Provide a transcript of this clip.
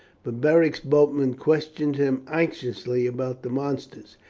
but beric's boatman questioned him anxiously about the monsters.